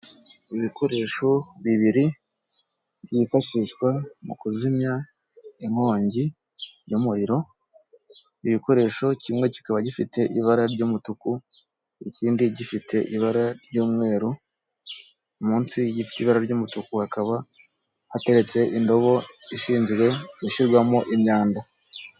Ibikoresho bibiri byifashishwa mu kuzimya inkongi y'umuriro. Igikoresho kimwe kikaba gifite ibara ry'umutuku, ikindi gifite ibara ry'umweru, munsi gifite ibara ry'umutuku hakaba hateretse indobo ishinzwe gushyirwamo imyanda.